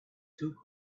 two